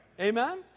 Amen